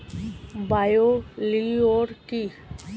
Bio লিওর কি?